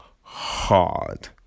hard